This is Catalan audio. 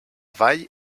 vall